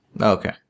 Okay